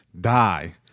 die